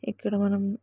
ఇక్కడ మనం